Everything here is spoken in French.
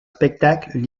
spectacles